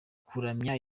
kuramya